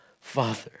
Father